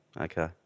okay